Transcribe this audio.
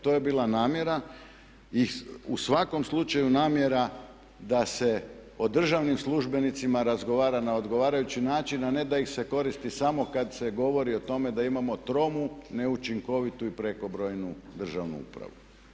To je bila namjera i u svakom slučaju namjera da se o državnim službenicima razgovara na odgovarajući način, a ne da ih se koristi samo kad se govori o tome da imamo tromu, neučinkovitu i prekobrojnu državnu upravu.